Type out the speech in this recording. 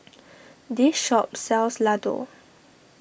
this shop sells Ladoo